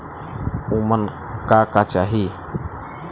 उमन का का चाही?